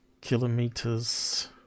kilometers